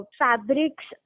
fabrics